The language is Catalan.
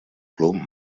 club